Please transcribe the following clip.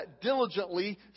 diligently